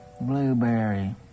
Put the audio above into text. blueberry